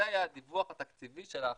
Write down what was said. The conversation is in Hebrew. זה היה הדיווח התקציבי של ההחלטה.